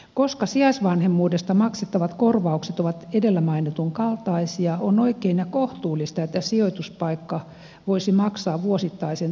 koska sijaisvanhemmuudesta maksettavat korvaukset ovat edellä mainitun kaltaisia on oikein ja kohtuullista että sijoituspaikka voisi maksaa vuosittaisen tarkastuksen itse